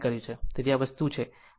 તેથી આ વસ્તુ છે